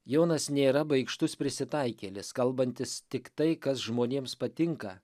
jonas nėra baikštus prisitaikėlis kalbantis tik tai kas žmonėms patinka